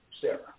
Sarah